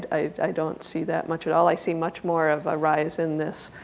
i don't see that much at all i see much more of a rise in this